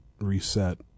reset